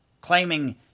claiming